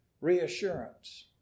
reassurance